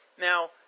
Now